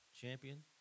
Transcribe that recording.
champion